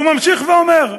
והוא ממשיך ואומר: